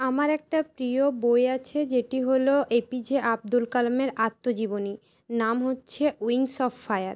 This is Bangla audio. আমার একটা প্রিয় বই আছে যেটি হল এ পি জে আব্দুল কালামের আত্মজীবনী নাম হচ্ছে উইংস অফ ফায়ার